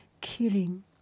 killing